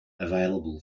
available